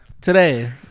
Today